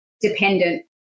Dependent